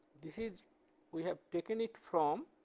this is we have taken it from